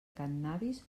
cànnabis